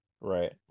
Right